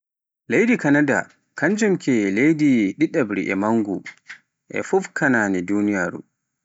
Leydi Kanada kanjum wani leydi ɗiɗabri e mango e fuffkanani duniyaaru.